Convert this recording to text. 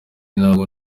ntabwo